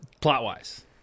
plot-wise